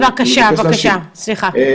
בבקשה, סליחה.